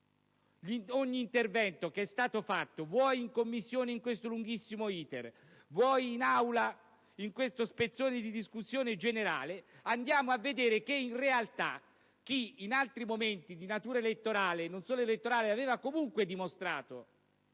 ogni intervento che è stato fatto sia in Commissione in questo lunghissimo *iter* sia in Aula in questo spezzone di discussione, andiamo a vedere che chi in altri momenti di natura elettorale (e non solo) aveva comunque dimostrato